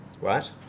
Right